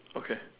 okay